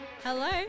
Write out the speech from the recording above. Hello